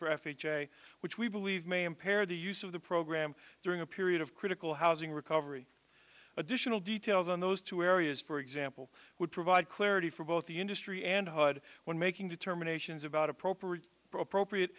a which we believe may impair the use of the program during a period of critical housing recovery additional details on those two areas for example would provide clarity for both the industry and hud when making determinations about appropriate for appropriate